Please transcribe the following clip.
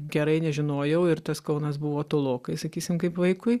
gerai nežinojau ir tas kaunas buvo tolokai sakysim kaip vaikui